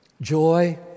joy